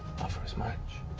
offers much.